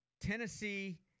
Tennessee